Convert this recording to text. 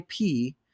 IP